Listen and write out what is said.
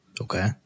Okay